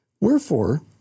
Wherefore